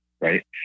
right